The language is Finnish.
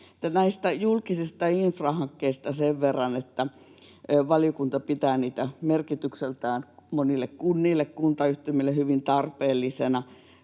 Näistä julkisista infrahankkeista sen verran, että valiokunta pitää niitä merkitykseltään hyvin tarpeellisena